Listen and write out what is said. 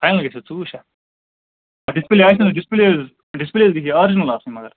final گَژھِ حظ ژوٚوُہ شیٚتھ ڈِسپٕلے آسہِ نا حظ ڈِسپٕلے حظ گَژھِی آرجِنَل آسُن مَگر